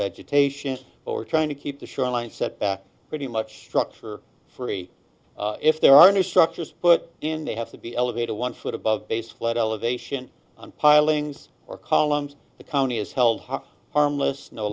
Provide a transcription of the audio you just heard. vegetation over trying to keep the shoreline set pretty much structure free if there are new structures put in they have to be elevated one foot above base flood elevation on pilings or columns the county is held harmless no